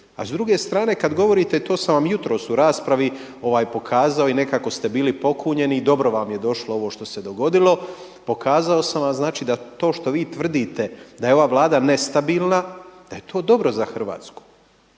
A s druge strane kad govorite i to sam vam jutros u raspravi pokazao i nekako ste bili pokunjeni i dobro vam je došlo ovo što se dogodilo, pokazao sam vam znači da to što vi tvrdite da je ova Vlada nestabilna da je to dobro za Hrvatsku.